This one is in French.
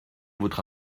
votre